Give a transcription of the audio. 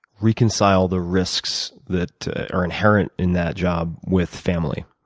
reconcile the risks that are inherent in that job with family,